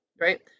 Right